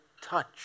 touch